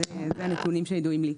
אלה הנתונים שידועים לי.